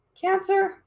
cancer